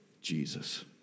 Jesus